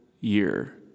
year